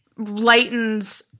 lightens